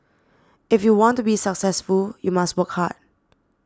if you want to be successful you must work hard